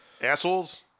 Assholes